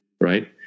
right